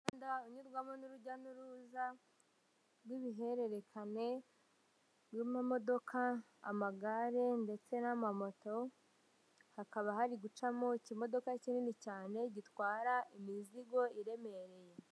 Umuhanda unyurwamo n'urujya n'uruza rw'ibihererekane rw'amamodoka, amagare ndetse n'amamoto, hakaba hari gucamo ikimodoka kinini cyane gitwara imizigo iremereye.